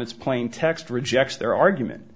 its plain text rejects their argument